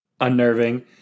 unnerving